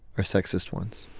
or sexist ones